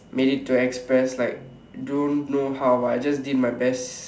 made it to express like don't know how but I just did my best